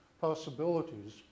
possibilities